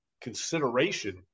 consideration –